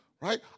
right